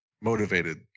Motivated